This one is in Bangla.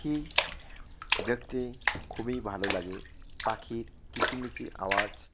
পাখি দেখতে খুবই ভালো লাগে পাখির কিচিমিচি আওয়াজ